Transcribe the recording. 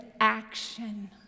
action